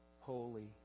holy